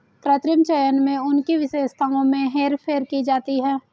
कृत्रिम चयन में उनकी विशेषताओं में हेरफेर की जाती है